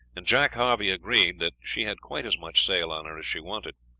and jack harvey agreed that she had quite as much sail on her as she wanted.